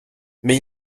mais